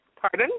Pardon